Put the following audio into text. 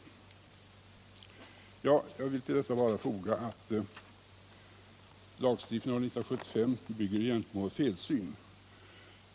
Jag vill till detta bara foga att lagstiftningen år 1975 egentligen bygger på en felsyn.